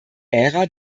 ära